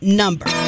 number